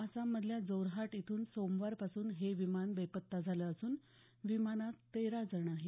आसाम मधल्या जोरहाट इथून सोमवार पासून हे विमान बेपत्ता झालं असून विमानात तेरा जण आहेत